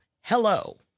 Hello